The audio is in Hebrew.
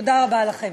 תודה רבה לכם.